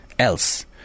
else